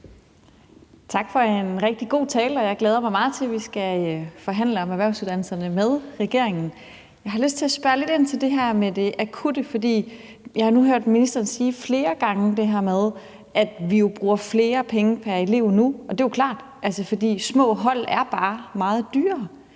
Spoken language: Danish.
Tak for en rigtig god tale, og jeg glæder mig meget til, at vi skal forhandle om erhvervsuddannelserne med regeringen. Jeg har lyst til at spørge lidt ind til det her med det akutte, for jeg har nu hørt ministeren sige flere gange, at vi bruger flere penge pr. elev nu. Og det er jo klart, for små hold er bare meget dyrere.